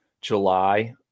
July